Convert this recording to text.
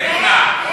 "אמונה".